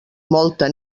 molta